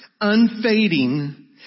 unfading